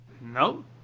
Nope